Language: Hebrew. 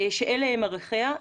שאלה הם ערכיה.